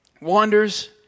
wanders